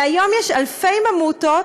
והיום יש אלפי ממותות,